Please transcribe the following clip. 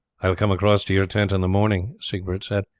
i will come across to your tent in the morning, siegbert said,